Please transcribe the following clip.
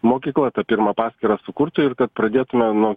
mokykla tą pirmą paskyrą sukurtų ir kad pradėtume nuo